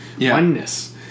oneness